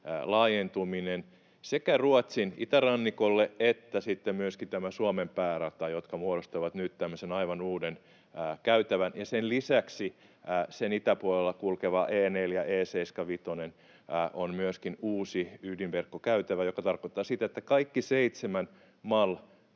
laajentuminen sekä Ruotsin itärannikolle että sitten myöskin Suomen päärataan, jotka muodostavat nyt tämmöisen aivan uuden käytävän. Sen lisäksi sen itäpuolella kulkeva E4, E75, on myöskin uusi ydinverkkokäytävä, joka tarkoittaa sitä, että kaikki seitsemän